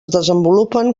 desenvolupen